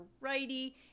righty